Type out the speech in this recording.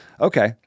okay